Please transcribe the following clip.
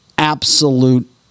absolute